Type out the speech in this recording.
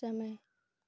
समय